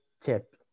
tip